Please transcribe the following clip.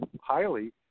highly